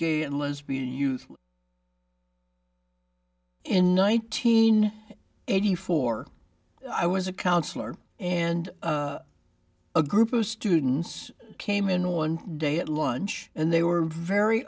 gay and lesbian youth in nineteen eighty four i was a counselor and a group of students came in one day at lunch and they were very